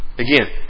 Again